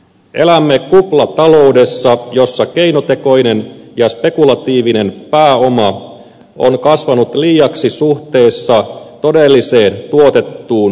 elämme kuplataloudessa jossa keinotekoinen ja spekulatiivinen pääoma on kasvanut liiaksi suhteessa todelliseen tuotettuun hyvään